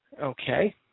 Okay